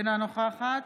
אינה נוכחת